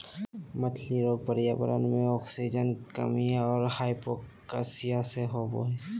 मछली रोग पर्यावरण मे आक्सीजन कमी और हाइपोक्सिया से होबे हइ